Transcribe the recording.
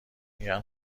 میگن